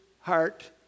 heart